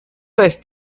vez